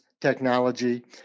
technology